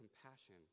compassion